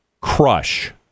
crush